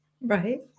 Right